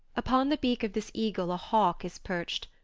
upon the beak of this eagle a hawk is perched,